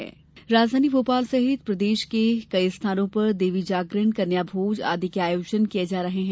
वहीं राजधानी भोपाल सहित प्रदेश के कई स्थानों पर देवी जागरण कन्या भोज आदि के आयोजन किये जा रहे हैं